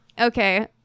okay